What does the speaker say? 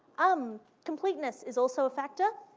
um completeness is also a factor.